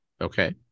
Okay